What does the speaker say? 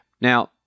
Now